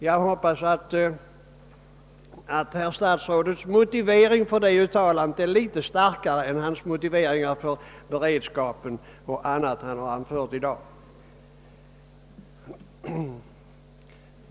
Jag hoppas att herr statsrådets motivering för detta uttalande är litet starkare än de motiveringar för beredskapen och annat som han anfört här i dag.